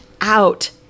out